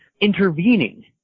intervening